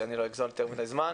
שאני לא אגזול יותר מדי זמן.